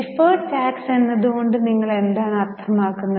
deferred tax എന്നതുകൊണ്ട് നിങ്ങൾ എന്താണ് അർത്ഥമാക്കുന്നത്